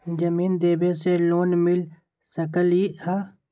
जमीन देवे से लोन मिल सकलइ ह?